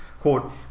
Quote